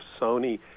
Sony